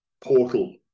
portal